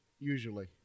usually